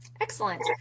Excellent